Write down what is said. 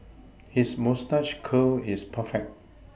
his moustache curl is perfect